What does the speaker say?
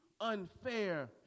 unfair